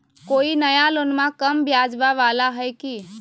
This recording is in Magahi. कोइ नया लोनमा कम ब्याजवा वाला हय की?